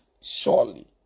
surely